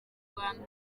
rwanda